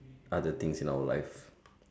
other things in our life